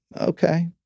okay